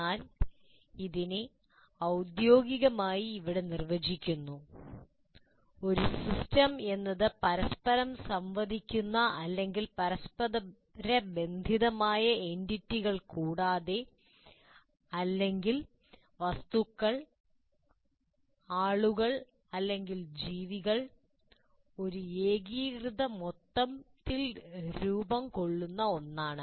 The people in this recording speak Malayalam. എന്നാൽ ഞങ്ങൾ അതിനെ ഔദ്യോഗികമായി ഇവിടെ നിർവചിക്കുന്നു ഒരു സിസ്റ്റം എന്നത് പരസ്പരം സംവദിക്കുന്ന അല്ലെങ്കിൽ പരസ്പരബന്ധിതമായ എന്റിറ്റികൾ കൂടാതെ അല്ലെങ്കിൽ വസ്തുക്കൾ ആളുകൾ അല്ലെങ്കിൽ ജീവികൾ ഒരു ഏകീകൃത മൊത്തത്തിൽ രൂപം കൊള്ളുന്ന ഒന്നാണ്